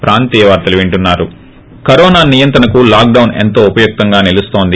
break corona నియంత్రణకు lockdown ఎంతో ఉపయుక్తంగా నిలుస్తోంది